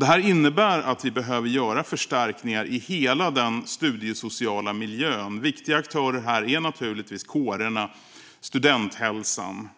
Det innebär att vi behöver göra förstärkningar i hela den studiesociala miljön. Viktiga aktörer här är naturligtvis kårerna och studenthälsan.